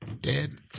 dead